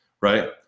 right